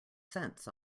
cents